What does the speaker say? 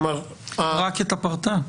רק את הפרטה?